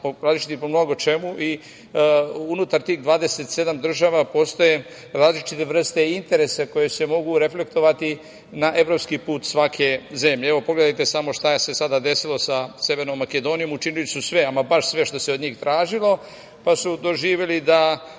različitih po mnogo čemu i unutar tih 27 država postoje različite vrste interesa koje se mogu reflektovati na evropski put svake zemlje. Evo, pogledajte samo šta se sada desilo sa Severnom Makedonijom, učinili su sve, ama baš sve što se od njih tražilo, pa su doživeli da